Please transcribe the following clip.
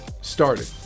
started